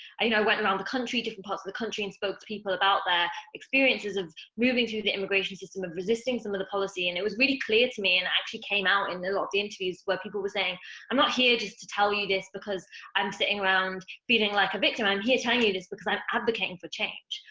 i you know went around the country, different parts of the country, and spoke to people about their experiences of moving through the immigration system, of resisting some of the policy, and it was really clear to me, and actually came out in a lot of the interviews, where people were saying i'm not here just to tell you this because i'm sitting around feeling like a victim, i'm here telling you this because i'm advocating for change.